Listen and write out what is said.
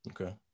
Okay